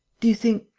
do you think?